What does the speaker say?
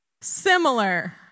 similar